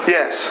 Yes